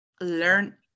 learn